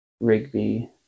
Rigby